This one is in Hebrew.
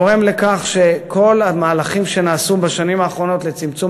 וגורם לכך שכל המהלכים שנעשו בשנים האחרונות לצמצום